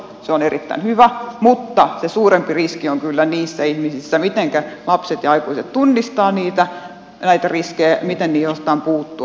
se on erittäin hyvä mutta se suurempi riski on kyllä mitenkä lapset ja aikuiset tunnistavat näitä riskejä niissä ihmisissä miten niihin osataan puuttua